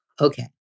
Okay